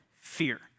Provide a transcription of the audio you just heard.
fear